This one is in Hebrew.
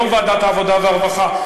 יושב-ראש ועדת העבודה והרווחה.